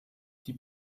die